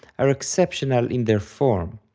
are exceptional in their form.